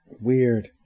Weird